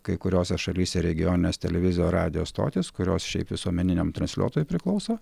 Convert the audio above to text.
kai kuriose šalyse regioninės televizijos radijo stotys kurios šiaip visuomeniniam transliuotojui priklauso